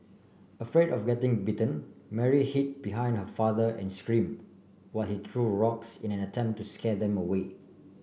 afraid of getting bitten Mary hid behind her father and scream while he threw rocks in an attempt to scare them away